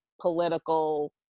political